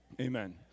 Amen